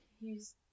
He's-